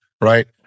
right